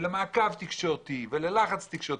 למעקב תקשורתי וללחץ תקשורתי,